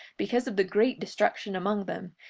because of the great destruction among them,